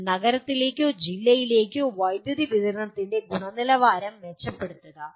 ഒരു നഗരത്തിലേക്കോ ജില്ലയിലേക്കോ വൈദ്യുതി വിതരണത്തിന്റെ ഗുണനിലവാരം മെച്ചപ്പെടുത്തുക